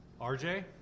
RJ